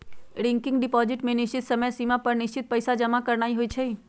recurring deposit में निश्चित समय सिमा पर निश्चित पइसा जमा करानाइ होइ छइ